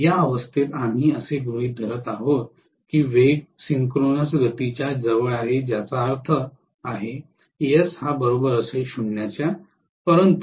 या अवस्थेत आम्ही असे गृहीत धरत आहोत की वेग सिन्क्रॉनोस गतीच्या जवळ आहे ज्याचा अर्थ आहे परंतु